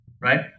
right